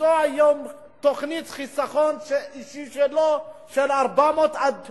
למצוא היום תוכנית חיסכון משלו, של 400,000